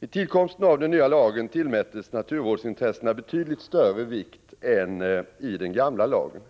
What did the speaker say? Vid tillkomsten av den nya lagen tillmättes naturvårdsintressena betydligt större vikt än i den gamla lagen.